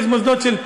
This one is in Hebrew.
יש מוסדות של,